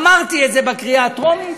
אמרתי את זה בקריאה הטרומית,